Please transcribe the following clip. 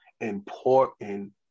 important